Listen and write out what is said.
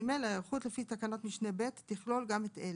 (ג)ההיערכות לפי תקנת משנה (ב) תכלול גם את אלה: